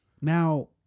Now